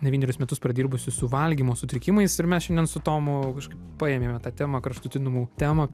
devynerius metus pradirbusi su valgymo sutrikimais ir mes šiandien su tomu kažkaip paėmėm tą temą kraštutinumų temą